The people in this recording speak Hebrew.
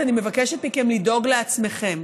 אני מבקשת מכם לדאוג לעצמכם,